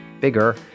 bigger